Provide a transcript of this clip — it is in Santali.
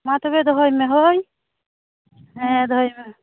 ᱢᱟ ᱛᱚᱵᱮ ᱫᱚᱦᱚᱭ ᱢᱮ ᱦᱳᱭ ᱦᱮᱸ ᱫᱚᱦᱚᱭ ᱢᱮ